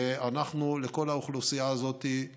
לכל האוכלוסייה הזאת אנחנו